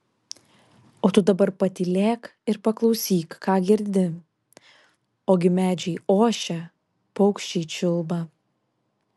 o tu dabar patylėk ir paklausyk ką girdi ogi medžiai ošia paukščiai čiulba